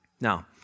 Now